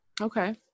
Okay